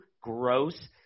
Gross